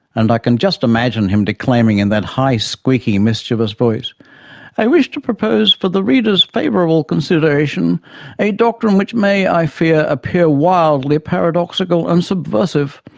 and i can just imagine him declaiming in that high, squeaky, mischievous voice i wish to propose for the reader's favourable consideration a doctrine which may, i fear, appear wildly paradoxical and subversive.